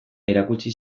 erakutsi